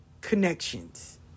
connections